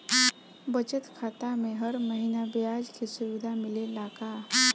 बचत खाता में हर महिना ब्याज के सुविधा मिलेला का?